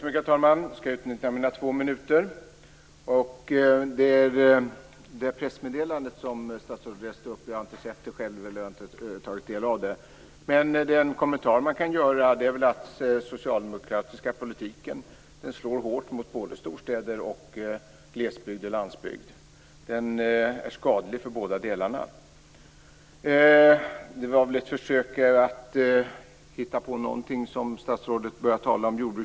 Herr talman! Jag skall utnyttja mina två minuter av taletid. Statsrådet läste upp ett pressmeddelande. Jag har själv inte läst det, men den kommentar man kan göra är väl att den socialdemokratiska politiken slår hårt mot både storstäder och glesbygd och landsbygd. Den är skadlig för båda delarna. Att statsrådet började tala om jordbruksstöd från EU var väl ett försök att hitta på någonting.